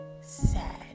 sad